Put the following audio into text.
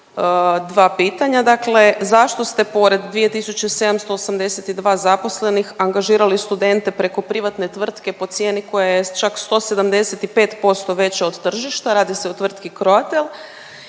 dva pitanja. Dakle, zašto ste pored 2782 zaposlenih angažirali studente preko privatne tvrtke po cijeni koja je čak 175% veća od tržišta? Radi se o tvrtki „Croatel“?